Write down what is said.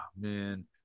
man